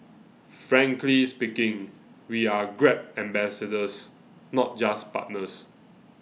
frankly speaking we are grab ambassadors not just partners